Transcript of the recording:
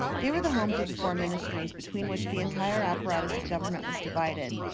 they were the homes of the four ministries between which the entire apparatus of government was divided.